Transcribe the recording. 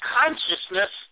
consciousness